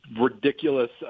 ridiculous